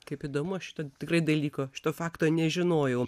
kaip įdomu šito tikrai dalyko šito fakto nežinojau